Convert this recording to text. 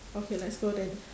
okay let's go then